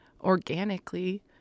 organically